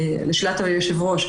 לשאלת היושב ראש,